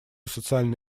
социально